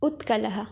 उत्कलः